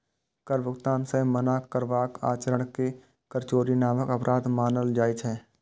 कर भुगतान सं मना करबाक आचरण कें कर चोरी नामक अपराध मानल जाइ छै